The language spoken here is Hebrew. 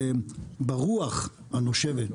ברוח הנושבת,